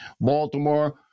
Baltimore